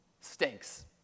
stinks